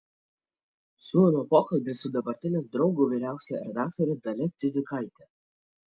siūlome pokalbį su dabartine draugo vyriausiąja redaktore dalia cidzikaite